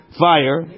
fire